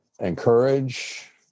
encourage